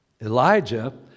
Elijah